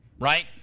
right